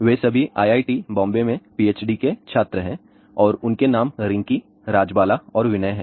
वे सभी आईआईटी बॉम्बे में पीएचडी के छात्र हैं और उनके नाम रिंकी राजबाला और विनय हैं